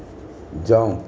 jump